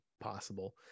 possible